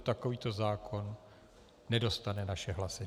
Takovýto zákon nedostane naše hlasy.